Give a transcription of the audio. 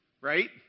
right